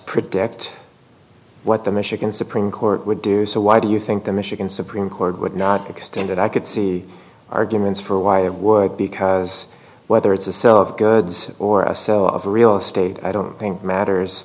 predict what the michigan supreme court would do so why do you think the michigan supreme court would not extend it i could see arguments for why it would because whether it's a set of goods or a so of real estate i don't think matters